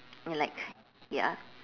I mean like ya